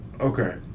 okay